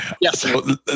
Yes